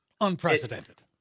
unprecedented